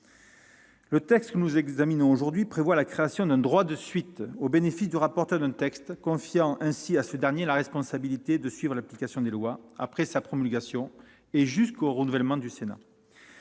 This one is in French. résolution que nous examinons aujourd'hui prévoit la création d'un droit de suite au bénéfice du rapporteur d'un texte, confiant ainsi à ce dernier la responsabilité de suivre l'application de la loi après sa promulgation et jusqu'au renouvellement du Sénat.